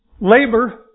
labor